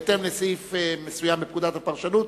בהתאם לסעיף מסוים בפקודת הפרשנות,